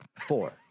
Four